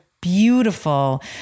beautiful